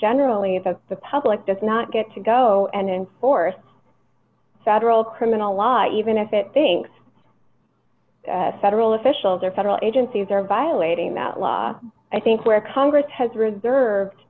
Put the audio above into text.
generally the the public does not get to go and enforce federal criminal law even if it thinks federal officials or federal agencies are violating that law i think where congress has reserved